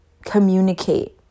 communicate